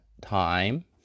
time